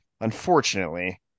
unfortunately